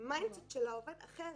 ה-minded אצלה זה עובד אחרת.